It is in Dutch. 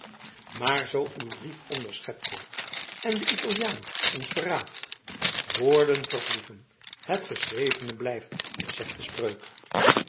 maar zoo uw brief onderschept wordt en de italiaan ons verraadt verba volant scripta manent zegt de spreuk